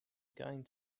going